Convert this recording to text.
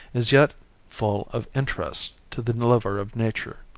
is yet full of interest to the lover of nature.